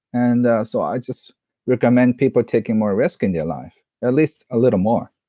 and so, i just recommend people taking more risk in their life, at least a little more.